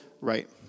Right